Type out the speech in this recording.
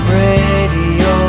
radio